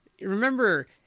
remember